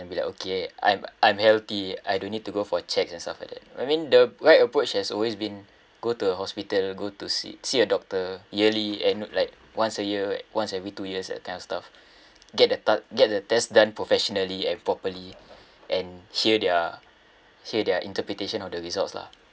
and be like okay I'm I'm healthy I don't need to go for checks and stuff like that I mean the right approach has always been go to the hospital go to see see a doctor yearly and like once a year once every two years that kind of stuff get the ta~ get the test done professionally and properly and hear their hear their interpretation of the results lah